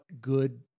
good